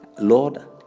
Lord